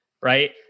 right